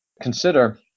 Consider